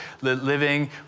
Living